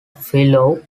fellow